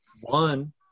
one